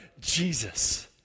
Jesus